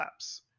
apps